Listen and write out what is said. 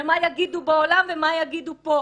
ומה יגידו בעולם ומה יגידו פה.